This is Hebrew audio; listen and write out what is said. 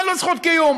אין להם זכות קיום.